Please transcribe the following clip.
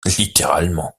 littéralement